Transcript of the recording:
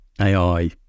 AI